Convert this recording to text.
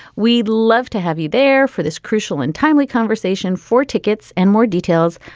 we'd love to have you there for this crucial and timely conversation for tickets and more details.